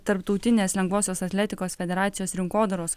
tarptautinės lengvosios atletikos federacijos rinkodaros